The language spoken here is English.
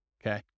Okay